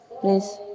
please